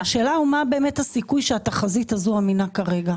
השאלה היא מה באמת הסיכוי שהתחזית הזו אמינה כרגע.